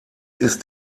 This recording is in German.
ist